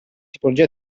tipologia